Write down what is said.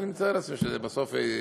אני מתאר לעצמי שזה בסוף יסתדר.